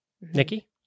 Nikki